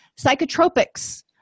Psychotropics